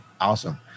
awesome